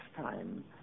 time